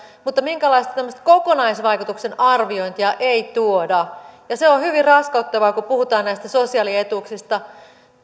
mutta minkäänlaista tämmöistä kokonaisvaikutusten arviointia ei tuoda se on hyvin raskauttavaa kun puhutaan näistä sosiaalietuuksista